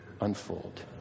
unfold